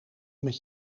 met